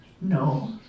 No